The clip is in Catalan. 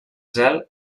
zel